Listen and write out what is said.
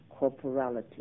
corporality